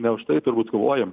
ne už tai turbūt kovojom